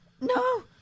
No